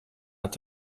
hat